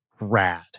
rad